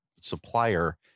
supplier